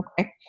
Okay